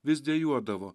vis dejuodavo